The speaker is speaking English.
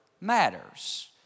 matters